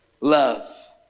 love